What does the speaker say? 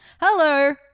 Hello